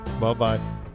Bye-bye